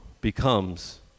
becomes